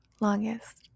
longest